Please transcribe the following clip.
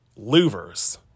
Louvers